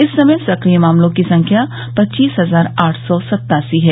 इस समय सक्रिय मामलों की संख्या पच्चीस हजार आठ सौ सत्तासी है